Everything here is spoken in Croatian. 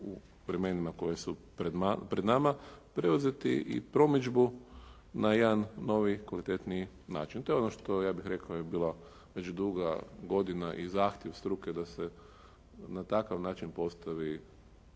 u vremenima koja su pred nama preuzeti i promidžbu na jedan noviji kvalitetniji način. To je ono što ja bih rekao je bila već dugo godina i zahtjev struke da se na takav način postavi